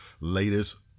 latest